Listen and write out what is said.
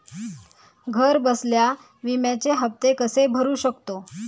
घरबसल्या विम्याचे हफ्ते कसे भरू शकतो?